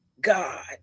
God